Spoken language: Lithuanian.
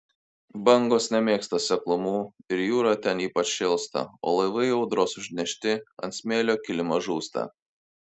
bangos nemėgsta seklumų ir jūra ten ypač šėlsta o laivai audros užnešti ant smėlio kilimo žūsta